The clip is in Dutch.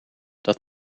dat